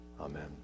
Amen